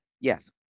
Yes